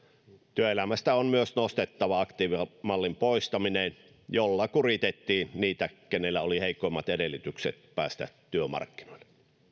työelämästä on myös nostettava aktiivimallin poistaminen jolla kuritettiin niitä kenellä oli heikoimmat edellytykset päästä työmarkkinoille